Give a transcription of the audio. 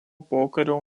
pokario